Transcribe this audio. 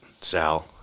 Sal